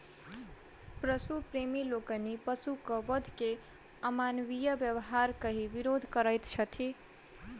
पशु प्रेमी लोकनि पशुक वध के अमानवीय व्यवहार कहि विरोध करैत छथि